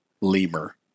lemur